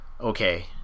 okay